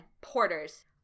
porters